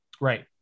Right